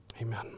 Amen